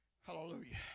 hallelujah